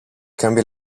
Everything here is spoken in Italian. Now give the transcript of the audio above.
cambia